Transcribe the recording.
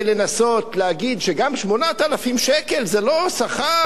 לנסות להגיד שגם 8,000 שקלים זה לא שכר.